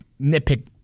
nitpick